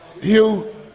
Hugh